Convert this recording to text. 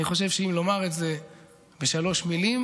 אני חושב שאם לומר את זה בשלוש מילים,